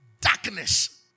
Darkness